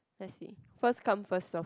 let's see first come first serve